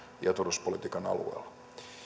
ja turvallisuuspolitiikan alueella